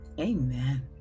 Amen